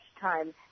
time